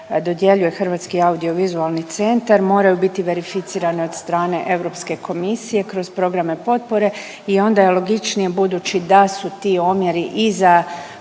dodjeljuje Hrvatski audio-vizualni centar moraju biti verificirane od strane Europske komisije kroz programe potpore i onda je logičnije budući da su ti omjeri i za